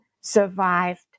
survived